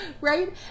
right